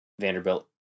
Vanderbilt